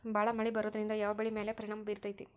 ಭಾಳ ಮಳಿ ಬರೋದ್ರಿಂದ ಯಾವ್ ಬೆಳಿ ಮ್ಯಾಲ್ ಪರಿಣಾಮ ಬಿರತೇತಿ?